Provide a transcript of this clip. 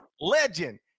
legend